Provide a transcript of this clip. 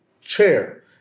chair